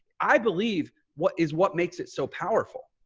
i believe what is what makes it so powerful?